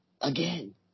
again